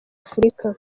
afurika